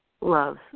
love